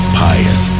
pious